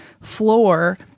floor